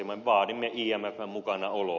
me vaadimme imfn mukanaoloa